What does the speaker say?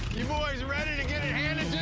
you boys ready to get it handed